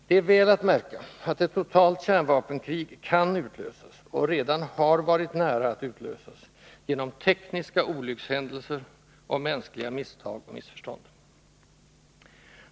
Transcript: Det är väl att märka, att ett totalt kärnvapenkrig kan utlösas — och redan har varit nära att utlösas — genom tekniska olyckshändelser och mänskliga misstag och missförstånd.